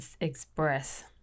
express